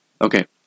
Okay